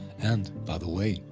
and by the way,